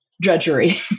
drudgery